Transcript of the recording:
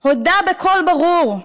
הודה בקול ברור,